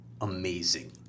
amazing